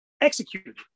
executed